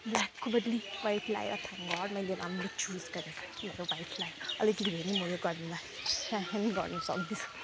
ब्ल्याकको बदली वाइट लाएर thank God मैले राम्रो चुज गरेछु मेरो वाइटलाई अलिकति भए नि म यो गर्मीमा सहन गर्न सक्दैछु